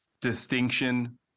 distinction